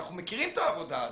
אנחנו מכירים את העבודה הזאת,